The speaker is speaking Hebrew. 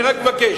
אני רק מבקש,